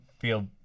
feel